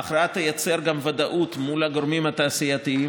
ההכרעה תייצר גם ודאות מול הגורמים התעשייתיים,